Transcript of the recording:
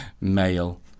male